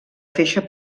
feixa